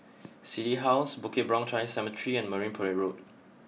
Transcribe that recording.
City House Bukit Brown Chinese Cemetery and Marine Parade Road